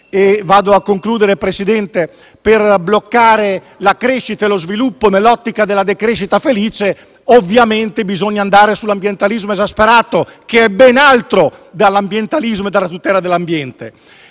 esasperato, perché per bloccare la crescita e lo sviluppo, nell'ottica della decrescita felice, ovviamente bisogna andare verso l'ambientalismo esasperato, che è ben altro rispetto all'ambientalismo e alla tutela dell'ambiente.